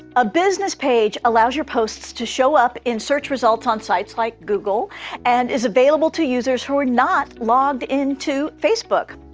a business page allows your posts to show up in search results on sites like google and is available to users who are not logged in to facebook.